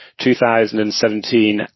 2017